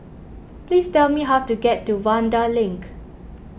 please tell me how to get to Vanda Link